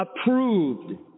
approved